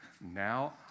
Now